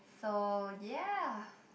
so yeah